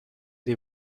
dei